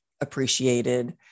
appreciated